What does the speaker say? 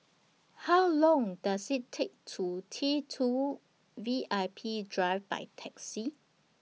How Long Does IT Take to get to T two V I P Drive By Taxi